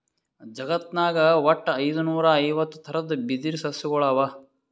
ಜಗತ್ನಾಗ್ ವಟ್ಟ್ ಐದುನೂರಾ ಐವತ್ತ್ ಥರದ್ ಬಿದಿರ್ ಸಸ್ಯಗೊಳ್ ಅವಾ